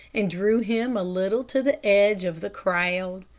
and drew him a little to the edge of the crowd.